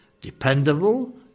Dependable